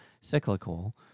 cyclical